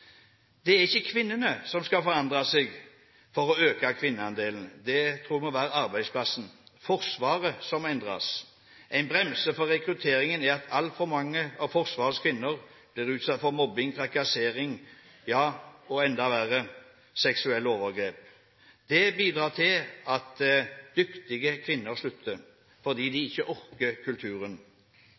Det er ikke kvinnene som skal forandre seg for å øke kvinneandelen. Det er arbeidsplassen, Forsvaret, som må endres. En bremse for rekrutteringen er at altfor mange av Forsvarets kvinner blir utsatt for mobbing, trakassering og, ja – enda verre – seksuelle overgrep. Det bidrar til at dyktige kvinner slutter fordi de ikke orker kulturen.